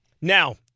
Now